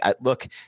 look